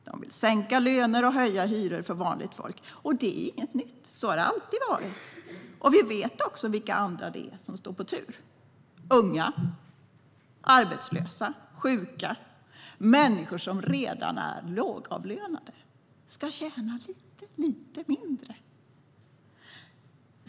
Den vill sänka löner och höja hyror för vanligt folk. Det är inget nytt. Så har det alltid varit. Vi vet också vilka andra det är som står på tur. Det är unga, arbetslösa, sjuka och människor som redan är lågavlönade som ska tjäna lite mindre.